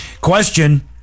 Question